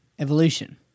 evolution